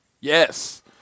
Yes